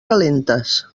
calentes